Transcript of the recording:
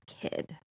kid